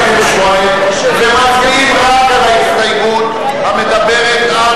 ומצביעים רק על ההסתייגות המדברת על